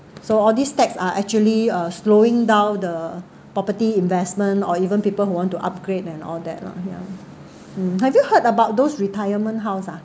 so all these tax are actually uh slowing down the property investment or even people who want to upgrade and all that lah mmhmm mm have you heard about those retirement house ah